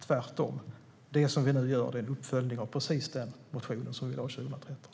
Tvärtom är det vi nu gör en uppföljning av precis den motion vi lade fram 2013.